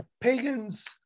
pagans